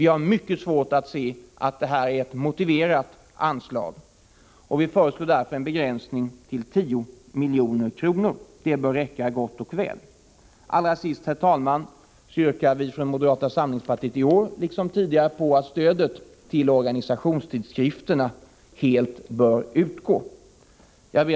Vi har mycket svårt att se att detta anslag är motiverat. Vi föreslår därför en begränsning av anslaget till 10 milj.kr. Det bör räcka gott och väl. Dessutom föreslår vi moderater i år liksom tidigare att presstödet till organisationstidskrifter helt utgår. Herr talman!